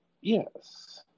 Yes